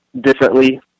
differently